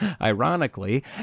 ironically